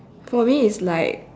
for me it's like